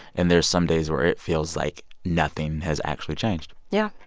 and there's some days where it feels like nothing has actually changed yeah,